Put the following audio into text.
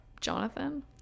jonathan